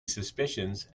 suspicions